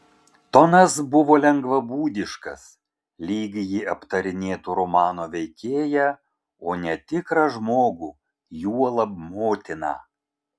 tonas buvo lengvabūdiškas lyg ji aptarinėtų romano veikėją o ne tikrą žmogų juolab motiną